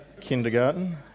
kindergarten